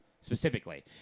specifically